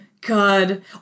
god